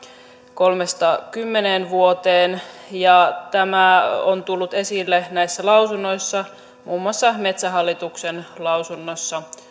kolmesta kymmeneen vuoteen tämä on tullut esille näissä lausunnoissa muun muassa metsähallituksen lausunnossa